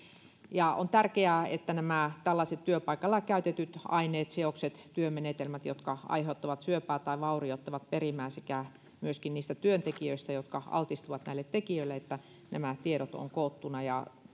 on tärkeää että näistä tällaisista työpaikalla käytetyistä aineista seoksista työmenetelmistä jotka aiheuttavat syöpää tai vaurioittavat perimää sekä myöskin niistä työntekijöistä jotka altistuvat näille tekijöille on tiedot koottuna